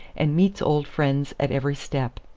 and meets old friends at every step.